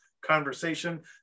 conversation